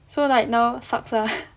so like now sucks ah